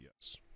yes